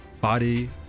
body